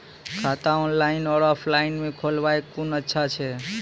खाता ऑनलाइन और ऑफलाइन म खोलवाय कुन अच्छा छै?